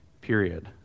period